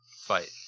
fight